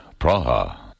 Praha